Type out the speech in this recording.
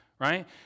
right